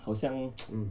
好像